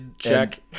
Check